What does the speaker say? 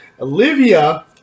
Olivia